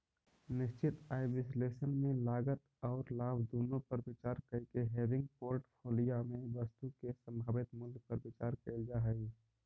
निश्चित आय विश्लेषण में लागत औउर लाभ दुनो पर विचार कईके हेविंग पोर्टफोलिया में वस्तु के संभावित मूल्य पर विचार कईल जा हई